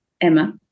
Emma